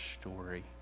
story